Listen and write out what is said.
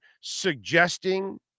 suggesting